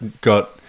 got